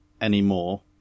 anymore